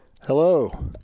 Hello